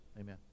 amen